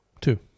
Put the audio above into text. Two